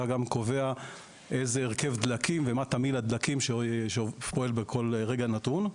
אתה גם קובע איזה הרכב דלקים ומה תמהיל הדלקים שפועל בכל רגע נתון,